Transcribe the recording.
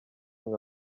nka